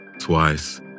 twice